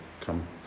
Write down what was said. come